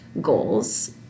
goals